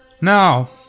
Now